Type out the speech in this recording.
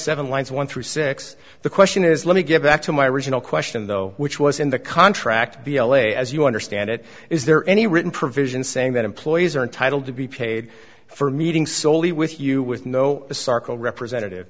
seven lines one through six the question is let me get back to my original question though which was in the contract d l a as you understand it is there any written provision saying that employees are entitled to be paid for meeting solely with you with no asarco representative